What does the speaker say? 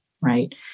right